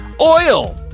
Oil